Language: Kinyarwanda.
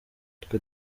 twe